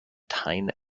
tyne